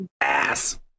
Ass